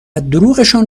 دروغشان